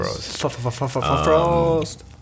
Frost